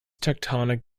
tectonic